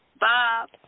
Bob